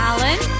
Alan